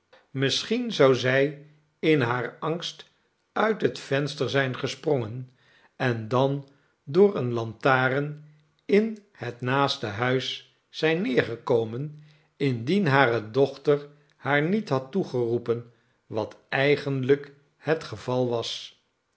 misschien zou zij in haar angst uit het venster zijn gesprongen en dan door eene lantaren in het naaste huis zijn neergekomen indien hare dochter haar niet had toegeroepen wat eigenlijk het geval was